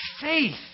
Faith